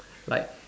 like